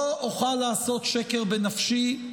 לא אוכל לעשות שקר בנפשי,